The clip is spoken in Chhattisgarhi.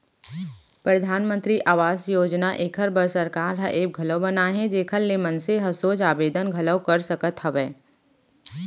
परधानमंतरी आवास योजना एखर बर सरकार ह ऐप घलौ बनाए हे जेखर ले मनसे ह सोझ आबेदन घलौ कर सकत हवय